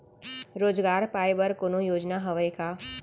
रोजगार पाए बर कोनो योजना हवय का?